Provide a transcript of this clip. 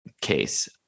case